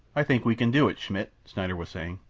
i think we can do it, schmidt, schneider was saying.